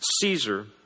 Caesar